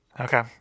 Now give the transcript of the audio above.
Okay